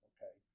Okay